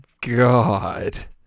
God